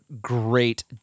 great